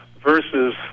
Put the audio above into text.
versus